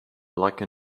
like